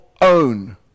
own